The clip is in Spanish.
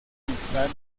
mitad